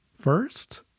First